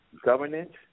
governance